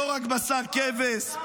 לא רק בשר כבש -- אוי,